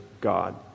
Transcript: God